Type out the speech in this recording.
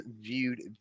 viewed